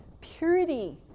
Purity